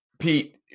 Pete